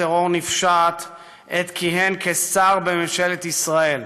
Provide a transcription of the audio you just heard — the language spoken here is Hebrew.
טרור נפשעת בעת שכיהן כשר בממשלת ישראל,